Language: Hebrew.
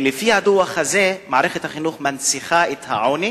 לפי הדוח הזה מערכת החינוך מנציחה את העוני